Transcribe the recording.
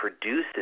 produces